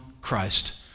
Christ